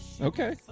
Okay